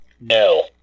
No